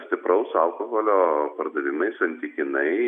stipraus alkoholio pardavimai santykinai